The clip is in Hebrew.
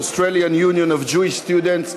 Australian Union of Jewish Students,